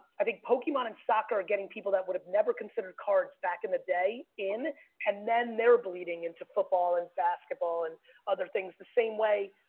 i think pokemon and soccer are getting people that would have never considered cards back in the day in and then they're bleeding into football and basketball and other things the same way.